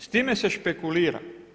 S time se špekulira.